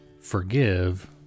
forgive